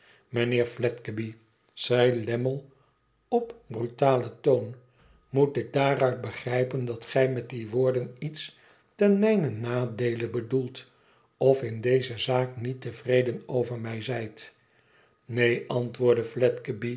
mijnheer fledgeby zei lammie ip brutalen toon moet ik daaruit begrijpen dat gij met die woorden iets ten mijnen nadeele bedoelt of ii dcze zaak niet tevreden over mij zijt tneen antwoordde